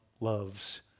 loves